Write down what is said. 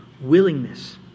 willingness